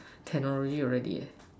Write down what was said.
technology already leh